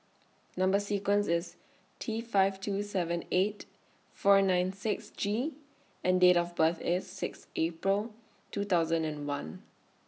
Number sequence IS T five two seven eight four nine six G and Date of birth IS six April two thousand and one